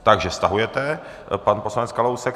Takže stahuje pan poslanec Kalousek.